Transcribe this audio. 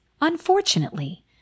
Unfortunately